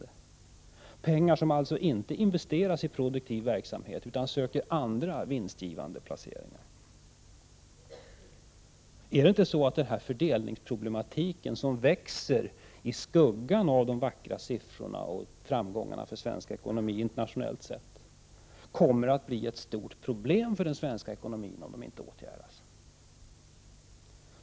Det handlar om pengar som alltså inte investeras i produktiv verksamhet utan söker andra vinstgivande placeringar. Kommer inte fördelningsproblematiken, som växer i skuggan av de vackra siffrorna och framgångarna för svensk ekonomi internationellt sett, att bli en stor svårighet för den svenska ekonomin om den inte åtgärdas?